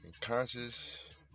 conscious